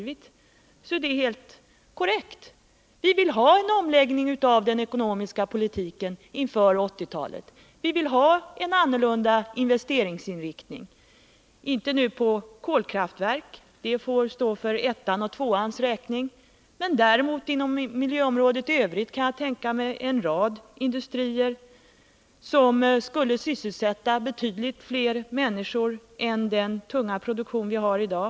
Vi vill ha en omläggning av den ekonomiska politiken inför 1980-talet. Vi vill ha en annorlunda investeringsinriktning, inte på kolkraftverk — det får stå för ettans och tvåans räkning —, men inom miljöområdet i övrigt kan jag tänka mig en rad industrier som skulle sysselsätta betydligt fler människor än den tunga produktion som förekommer i dag.